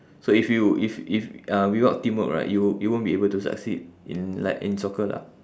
so if you if if uh without teamwork right you you won't be able to succeed in like in soccer lah